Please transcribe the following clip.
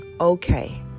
okay